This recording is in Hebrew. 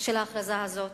של ההכרזה הזאת: